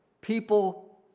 people